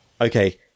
Okay